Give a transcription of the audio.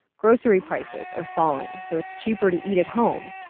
grocery prices are falling, so it's cheaper to eat at home.